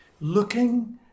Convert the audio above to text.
looking